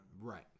Right